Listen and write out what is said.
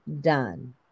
done